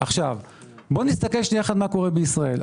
נסתכל מה קורה בישראל.